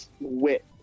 wit